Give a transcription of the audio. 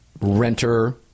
renter